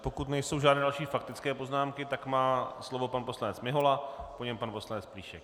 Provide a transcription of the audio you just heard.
Pokud nejsou žádné další faktické poznámky, tak má slovo pan poslanec Mihola, po něm pan poslanec Plíšek.